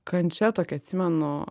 kančia tokia atsimenu